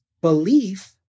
belief